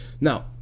Now